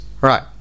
Right